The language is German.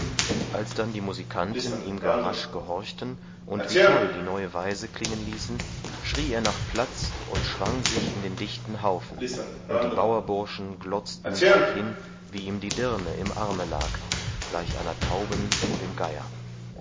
als dann die musikanten ihm gar rasch gehorchten und wie toll die neue weise klingen ließen schrie er nach platz und schwang sich in den dichten haufen und die bauerburschen glotzten drauf hin wie ihm die dirne im arme lag gleich einer tauben vor dem geier